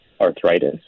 arthritis